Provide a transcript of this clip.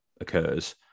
occurs